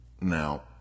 Now